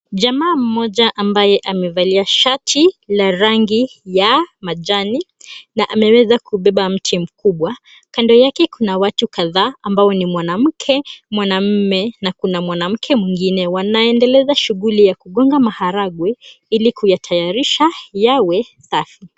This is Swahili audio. Jamaa mmoja ambaye amevalia shati ya rangi ya majani na ameweza kubeba mti mkubwa. Kando yake kuna watu kadhaa ambao ni mwanamke na mwanaume na kuna mwanamke mwingine. Wanaendeleza shughuli ya kugonga maharagwe ili kuyatayarisha yawe safi.